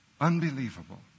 unbelievable